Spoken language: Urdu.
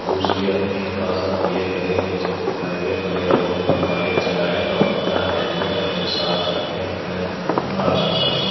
دوسری اپنی حفاظت یہ کریں کہ جب ہائی وے پر یا روڈ پر بائک چلائیں تو اپنا ہیلمیٹ اپنے ساتھ رکھیں اپنے حفاظت کریں